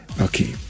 Okay